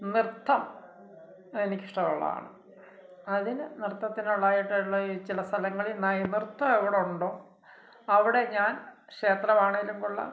നൃത്തം അതെനിക്ക് ഇഷ്ട്ടള്ള ആണ് അതിന് നൃത്തത്തിന് ഉള്ളതായിട്ടുള്ള ചില സ്ഥലങ്ങളിൽ നൃത്തം എവിടെയുണ്ടോ അവിടെ ഞാൻ ക്ഷേത്രം ആണെങ്കിലും കൊള്ളാം